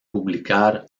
publicar